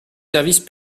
services